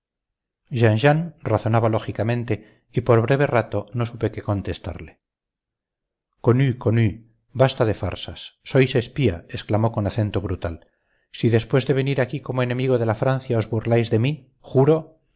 razonaba lógicamente y por breve rato no supe qué contestarle connu connu basta de farsas sois espía exclamó con acento brutal si después de venir aquí como enemigo de la francia os burláis de mí juro